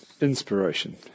Inspiration